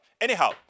Anyhow